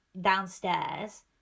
downstairs